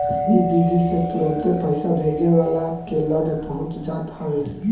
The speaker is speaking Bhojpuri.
इ विधि से तुरंते पईसा भेजे वाला के लगे पहुंच जात हवे